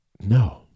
No